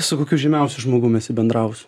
su kokiu žymiausiu žmogum esi bendraus